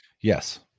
Yes